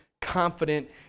confident